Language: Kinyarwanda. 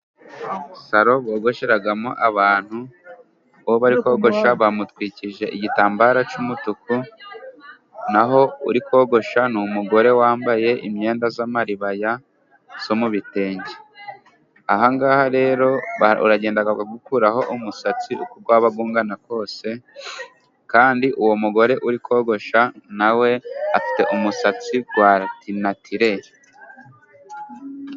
Salo bogosheramo abantu, uwo bari kogosha bamutwikije igitambaro cy'umutuku, naho uri kogosha, n'umugore wambaye imyenda y'amaribaya yo mu bitenge .Ahangaha rero uragenda bakagukuraho umusatsi, uko waba ungana kose. Kandi uwo mugore uri kogosha nawe afite umusatsi wa natireri.